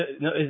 No